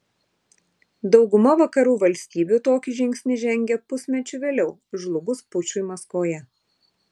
dauguma vakarų valstybių tokį žingsnį žengė pusmečiu vėliau žlugus pučui maskvoje